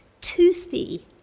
toothy